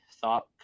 thought